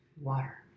Water